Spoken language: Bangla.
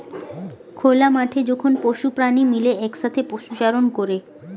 খোলা মাঠে যখন পশু প্রাণী মিলে একসাথে পশুচারণ করে